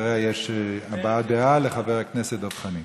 אחריה יש הבעת דעה לחבר הכנסת דב חנין.